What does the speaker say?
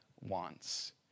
wants